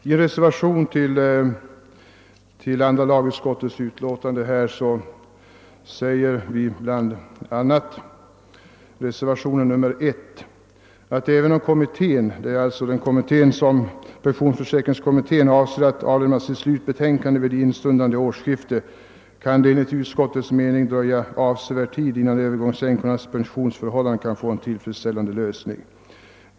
I reservationen I som fogats till andra lagutskottets utlåtande nr 2 framhålles bl.a. följande: »Ääven om kommittén», — d. v. s. pensionsförsäkringskommittén — »avser att avlämna sitt slutbetänkande vid instundande årsskifte, kan det enligt utskottets mening dröja avsevärd tid, innan övergångsänkornas pensionsförhållanden kan få en tillfredsställade lösning.